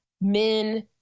men